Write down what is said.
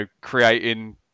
creating